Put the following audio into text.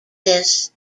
this